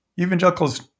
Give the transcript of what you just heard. evangelicals